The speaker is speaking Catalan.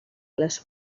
les